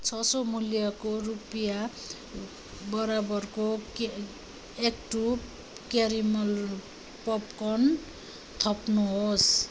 छ सौ मूल्य रुपियाँ बराबरको के एक्ट टू कारमेल पपकर्न थप्नुहोस्